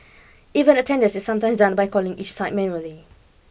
even attendance is sometimes done by calling each site manually